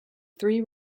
three